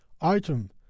Item